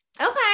Okay